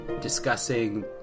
discussing